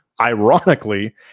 ironically